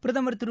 பிரதமர் திரு